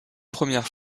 première